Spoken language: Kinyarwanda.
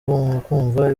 kumva